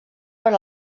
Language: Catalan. per